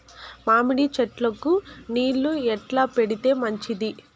మామిడి చెట్లకు నీళ్లు ఎట్లా పెడితే మంచిది?